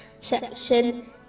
section